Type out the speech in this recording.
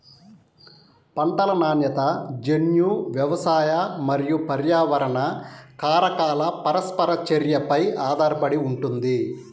పంటల నాణ్యత జన్యు, వ్యవసాయ మరియు పర్యావరణ కారకాల పరస్పర చర్యపై ఆధారపడి ఉంటుంది